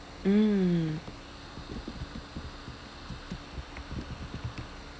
mm